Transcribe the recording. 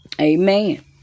Amen